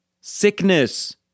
sickness